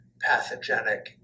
pathogenic